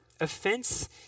offense